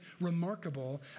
remarkable